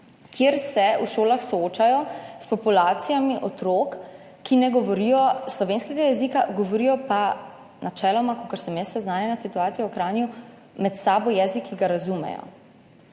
kjer se v šolah soočajo s populacijami otrok, ki ne govori slovenskega jezika, govori pa načeloma, kolikor sem jaz seznanjena s situacijo v Kranju, med sabo jezik, ki ga razumejo.